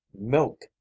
milk